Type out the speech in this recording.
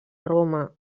roma